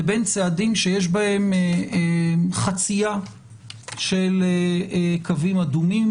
לבין צעדים שיש בהם חצייה של קווים אדומים.